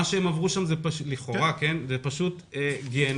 250. מה שהם אמרו שם לכאורה זה פשוט גיהינום